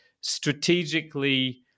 strategically